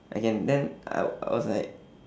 okay then I I was like